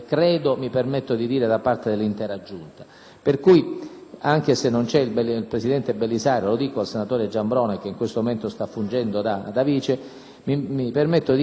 Pertanto (anche se non c'è il presidente Belisario lo dico al senatore Giambrone, che in questo momento sta fungendo da vice), mi permetto di rivolgere un forte invito